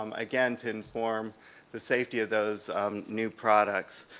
um again, to inform the safety of those new products.